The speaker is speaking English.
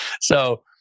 So-